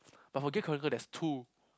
but for gear chronicle there's two